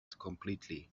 completely